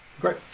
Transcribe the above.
Great